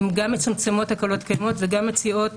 הן גם מצמצמות הקלות קודמות וגם מציעות